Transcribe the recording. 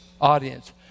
audience